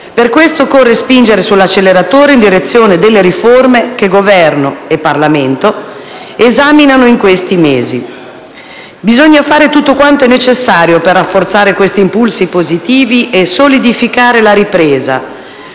Per questo occorre spingere sull'acceleratore in direzione delle riforme che Governo e Parlamento esaminano in questi mesi. Bisogna fare tutto quanto è necessario per rafforzare questi impulsi positivi e solidificare la ripresa,